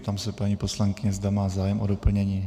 Ptám se paní poslankyně, zda má zájem o doplnění.